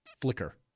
flicker